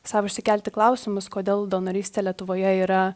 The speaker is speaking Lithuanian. sau išsikelti klausimus kodėl donorystė lietuvoje yra